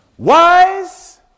Wise